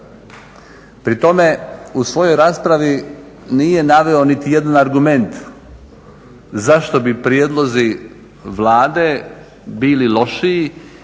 Pri tome u svojoj raspravi nije naveo niti jedan argument zašto bi prijedlozi Vlade bili lošiji